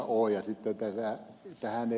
sitten tähän ed